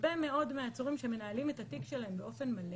הרבה מאוד מהעצורים שמנהלים את התיק שלהם באופן מלא,